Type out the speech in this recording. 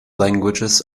languages